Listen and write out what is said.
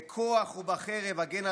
בכוח ובחרב אגן,